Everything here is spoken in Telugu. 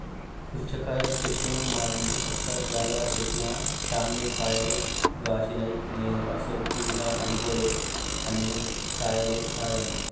పుచ్చకాయ చెట్టును మా ఇంటి పక్క జాగల పెట్టిన చాన్నే కాయలు గాశినై నేను అస్సలు అనుకోలే అన్ని కాయలేస్తాయని